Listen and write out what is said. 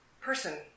person